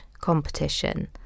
competition